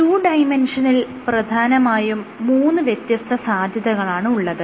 2D നിൽ പ്രധാനമായും മൂന്ന് വ്യത്യസ്ത സാധ്യതകളാണ് ഉള്ളത്